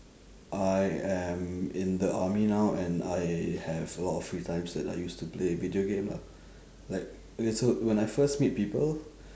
I am in the army now and I have a lot of free times that I use to play video game lah like okay so when I first meet people